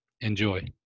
Enjoy